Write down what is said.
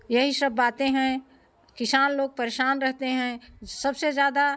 यही सब बातें हैं किसान लोग परेशान रहते हैं सबसे ज़्यादा